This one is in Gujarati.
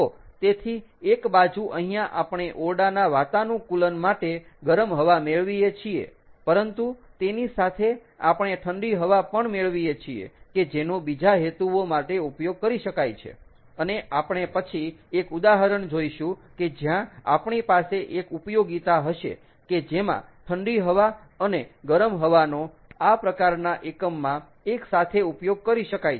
તો તેથી એક બાજુ અહીંયા આપણે ઓરડાના વાતાનુકૂલન માટે ગરમ હવા મેળવીએ છીએ પરંતુ તેની સાથે આપણે ઠંડી હવા પણ મેળવીએ છીએ કે જેનો બીજા હેતુઓ માટે ઉપયોગ કરી શકાય છે અને આપણે પછી એક ઉદાહરણ જોઈશું કે જ્યાં આપણી પાસે એક ઉપયોગિતા હશે કે જેમાં ઠંડી હવા અને ગરમ હવાનો આ પ્રકારના એકમમાં એકસાથે ઉપયોગ કરી શકાય છે